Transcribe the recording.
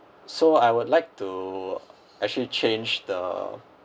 so I would like to actually change the